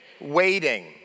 waiting